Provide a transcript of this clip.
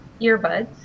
earbuds